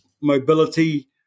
mobility